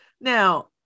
Now